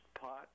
pot